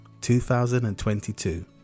2022